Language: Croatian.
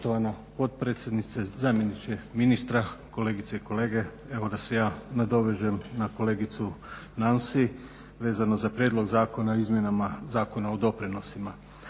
rada)** Poštovana potpredsjednice, zamjeniče ministra, kolegice i kolege. Evo da se ja nadovežem na kolegicu Nansi vezano za Prijedlog zakona o izmjenama Zakona o doprinosima.